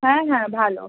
হ্যাঁ হ্যাঁ ভালো